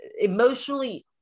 emotionally